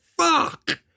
Fuck